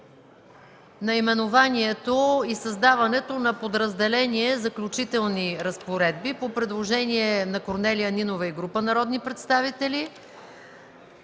наименованието и създаването на подразделение „Заключителни разпоредби” по предложение на Корнелия Нинова и група народни представители,